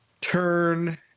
turn